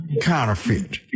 counterfeit